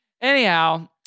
Anyhow